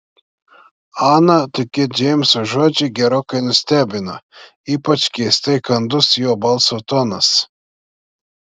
aną tokie džeimso žodžiai gerokai nustebino ypač keistai kandus jo balso tonas